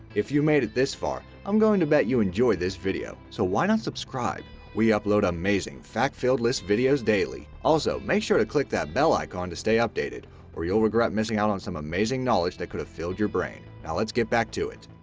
if you made it this far, i'm going to bet you enjoyed this video, so why not subscribe? we upload amazing, fact-filled list videos daily. also, make sure to click that bell icon to stay updated or you'll regret missing out on some amazing knowledge that could have filled your brain. now lets get back to it.